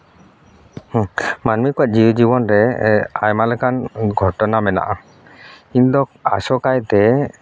ᱢᱟᱹᱱᱢᱤ ᱠᱚᱣᱟᱜ ᱡᱤᱣᱤ ᱡᱤᱵᱚᱱ ᱨᱮ ᱟᱭᱢᱟ ᱞᱮᱠᱟᱱ ᱜᱷᱚᱴᱚᱱᱟ ᱢᱮᱱᱟᱜᱼᱟ ᱤᱧ ᱫᱚ ᱟᱥᱚᱠᱟᱭᱛᱮ